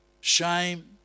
shame